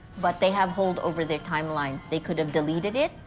but they have hold over their timeline. they could have deleted it,